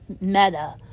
Meta